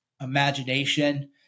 imagination